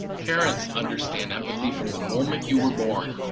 parents understand empathy. from the moment you were born,